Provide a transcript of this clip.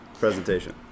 presentation